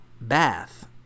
bath